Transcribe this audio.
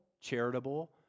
charitable